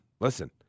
listen